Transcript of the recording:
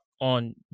on